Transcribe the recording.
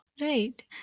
Right